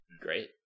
great